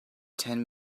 ten